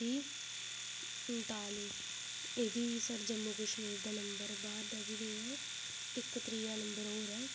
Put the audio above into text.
कत्ती उन्नताली एह् बी साढ़ी जम्मू कश्मीर दा नम्बर बाह्र दा एह् बी नेईं ऐ इक त्रीआ नम्बर ऐ मेरा